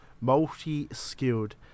multi-skilled